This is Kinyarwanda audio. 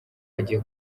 agiye